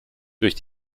durch